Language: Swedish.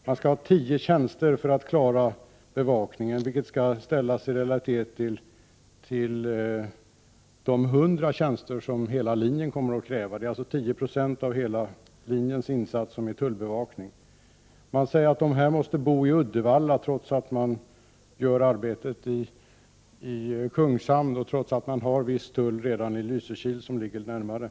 Man skall ha 10 tjänster för att klara bevakningen, vilket skall sättas i relation till de 100 tjänster som hela linjen kommer att kräva — 10 96 av hela insatsen för linjen är alltså tullbevakning. Man säger att tjänstemännen måste bo i Uddevalla, trots att de gör arbetet i Kungshamn och trots att man redan har viss tullverksamhet i Lysekil, som ligger närmare.